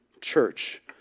church